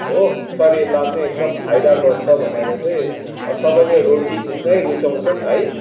हो शरीरलाई एकदम फाइदा गर्छ भनेर चाहिँ सबैले रोटी नै रुचाउँछन् है